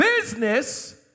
business